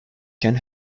can